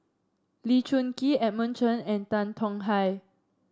Lee Choon Kee Edmund Chen and Tan Tong Hye